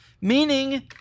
Meaning